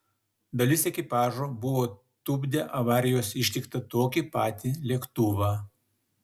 dalis ekipažo buvo tupdę avarijos ištiktą tokį patį lėktuvą